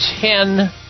ten